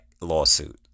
lawsuit